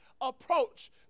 approach